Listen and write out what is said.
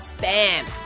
bam